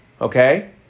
Okay